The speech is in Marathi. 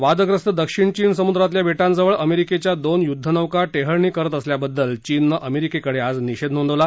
वादग्रस्त दक्षिण चीन समुद्रातल्या बेटांजवळ अमेरिकेच्या दोन युद्धनौका टेहळणी करत असल्याबद्दल चीननं अमेरिकेकडे आज निषेध नोंदवला